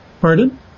Pardon